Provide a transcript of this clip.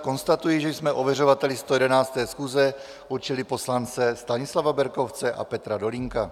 Konstatuji, že jsme ověřovateli 111. schůze určili poslance Stanislava Berkovce a Petra Dolínka.